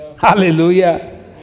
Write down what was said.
Hallelujah